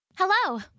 Hello